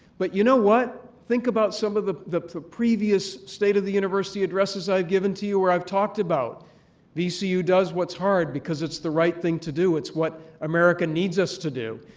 but you know what? think about some of the the previous state of the university addresses i've given to you where i've talked about vcu does what's hard because it's the right thing to do, it's what america needs us to do.